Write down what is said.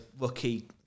rookie